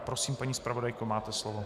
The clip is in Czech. Prosím, paní zpravodajko, máte slovo.